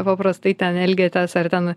paprastai ten elgiatės ar ten